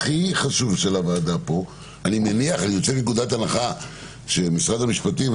אני יוצא מנקודת הנחה שמשרד המשפטים,